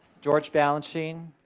george balanchine,